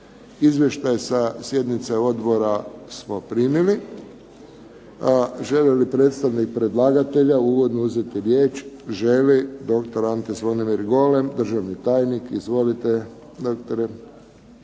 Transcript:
Izvještaj sa sjednice odbora smo primili. Želi li predstavnik predlagatelja uvodno uzeti riječ? Želi. Doktor Ante Zvonimir Golem, državni tajnik. Izvolite, doktore.